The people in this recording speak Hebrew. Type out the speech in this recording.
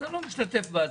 אני לא משתתף בהצבעה.